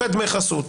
סוחט דמי חסות.